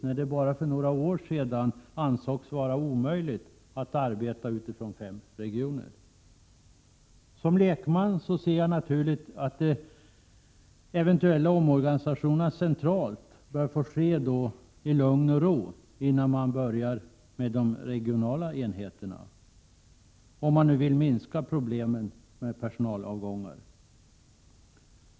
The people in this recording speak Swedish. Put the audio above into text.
För bara några år sedan ansågs det nämligen vara omöjligt att arbeta utifrån fem regioner. Som lekman ser jag det som naturligt att den eventuella omorganisationen centralt bör få ske i lugn och ro, innan man börjar med de regionala enheterna, om man vill minska problemen med personalavgångar.